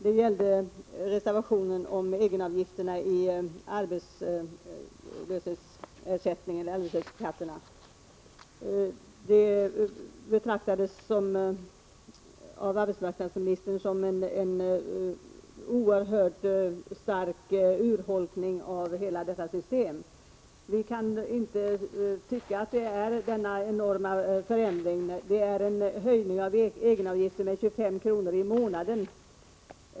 Det gäller först reservationen om egenavgifterna till arbetslöshetskassorna. Vårt förslag betraktades av arbetsmarknadsministern såsom en oerhört stark urholkning av hela detta system. Vi kan dock inte tycka att det är fråga om någon enorm förändring. Det innebär en höjning av egenavgifterna med 25 kr. i månaden.